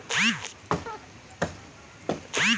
আমরা অনেক সময় দোকানে ইন্টারনেটের মাধ্যমে টাকা ট্রান্সফার কোরছি